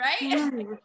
right